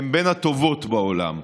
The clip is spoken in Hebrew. הן בין הטובות בעולם.